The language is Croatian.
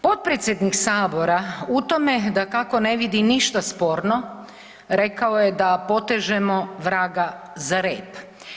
Potpredsjednik Sabora u tome, dakako ne vidi ništa sporno, rekao je da potežemo vraga za rep.